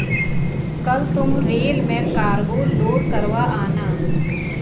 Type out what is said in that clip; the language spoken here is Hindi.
कल तुम रेल में कार्गो लोड करवा आना